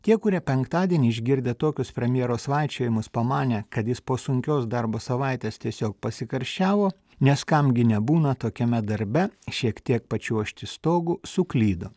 tie kurie penktadienį išgirdę tokius premjero svaičiojimus pamanė kad jis po sunkios darbo savaitės tiesiog pasikarščiavo nes kam gi nebūna tokiame darbe šiek tiek pačiuožti stogu suklydo